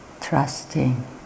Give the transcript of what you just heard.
trusting